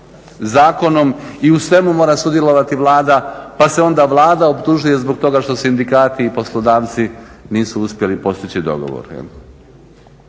zakonom i u svemu mora sudjelovati Vlada pa se onda Vlada optužuje zbog toga što sindikati i poslodavci nisu uspjeli postići dogovor.